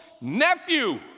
nephew